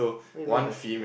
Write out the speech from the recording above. when you going party